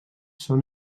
són